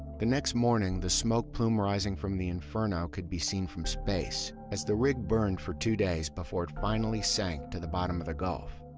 the next morning, the smoke plume rising from the inferno could be seen from space as the rig burned for two days before it finally sank to the bottom of the gulf,